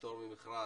פטור ממכרז,